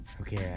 Okay